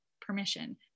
permission